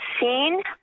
seen